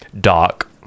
Doc